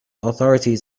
authority